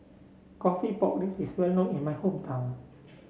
coffee Pork Ribs is well known in my hometown